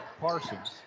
Parsons